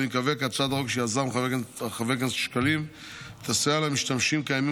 אני מקווה כי הצעת החוק שיזם חבר הכנסת שקלים תסייע למשתמשים קיימים